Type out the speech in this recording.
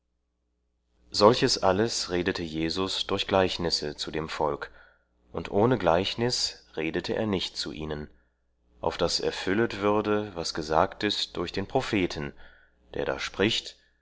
solches alles redete jesus durch gleichnisse zu dem volk und ohne gleichnis redete er nicht zu ihnen auf das erfüllet würde was gesagt ist durch den propheten der da spricht